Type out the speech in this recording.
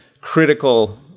critical